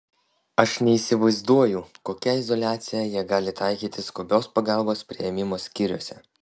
aš neįsivaizduoju kokią izoliaciją jie gali taikyti skubios pagalbos priėmimo skyriuose